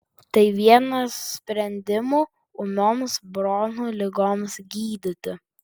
tai vienas sprendimų ūmioms bronchų ligoms gydyti